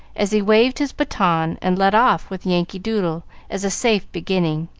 as he waved his baton and led off with yankee doodle as a safe beginning,